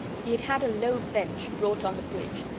he had had a low bench brought on the bridge,